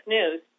News